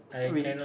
which